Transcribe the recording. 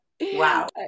wow